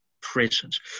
presence